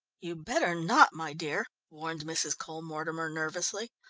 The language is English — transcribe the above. you'd better not, my dear, warned mrs. cole-mortimer nervously.